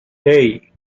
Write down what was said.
hey